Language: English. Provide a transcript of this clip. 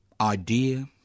idea